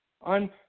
on